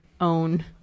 own